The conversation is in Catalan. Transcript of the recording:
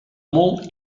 molt